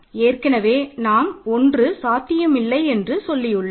ஏற்கனவே நாம் ஒன்று சாத்தியமில்லை என்று சொல்லியுள்ளோம்